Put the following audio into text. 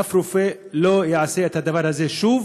שאף רופא לא יעשה את הדבר הזה שוב,